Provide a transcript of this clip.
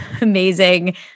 amazing